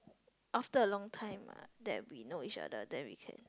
after a long time ah that we know each other then we can